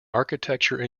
architecture